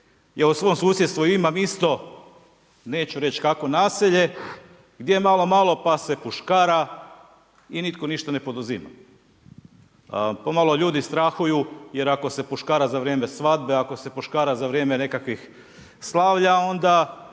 Ja u svom susjedstvu imam isto, neću reći kakvo naselje, gdje malo malo pa se puškara i nitko ništa ne poduzima. Pomalo ljudi strahuju jer ako se puškara za vrijeme svadbe, ako se puškara za vrijeme nekakvih slavlja, onda